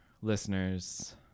listeners